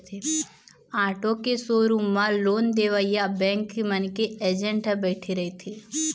auto के showroom म loan देवइया बेंक मन के एजेंट ह बइठे रहिथे